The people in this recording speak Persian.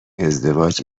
ازدواج